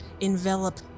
envelop